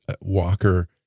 Walker